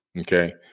Okay